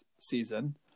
season